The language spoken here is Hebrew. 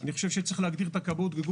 אני חושב שצריך להגדיר את הכבאות כגוף